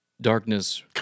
darkness